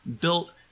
built